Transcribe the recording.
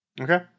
Okay